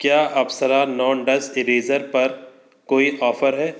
क्या Apsara non dust eraser पर कोई ऑफर है